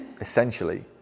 essentially